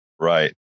Right